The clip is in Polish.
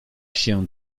się